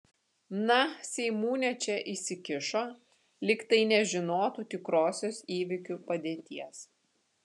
na seimūnė čia įsikišo lyg tai nežinotų tikrosios įvykių padėties